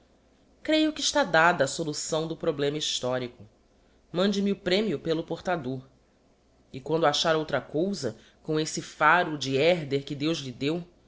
creio que está dada a solução do problema historico mande-me o premio pelo portador e quando achar outra cousa com esse faro de herder que deus lhe deu